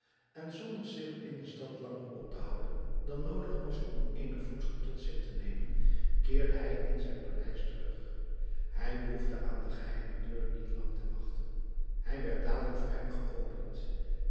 en zonder zich in de stad langer op te houden dan noodig was om eenig voedsel tot zich te nemen keerde hij in zijn paleis terug hij behoefde aan de geheime deur niet lang te wachten zij werd dadelijk voor hem geopend